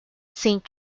saint